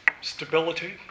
stability